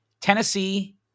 Tennessee